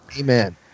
Amen